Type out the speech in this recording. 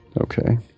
Okay